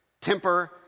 temper